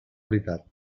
veritat